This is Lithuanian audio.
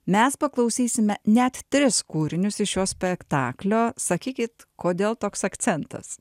mes paklausysime net tris kūrinius iš šio spektaklio sakykit kodėl toks akcentas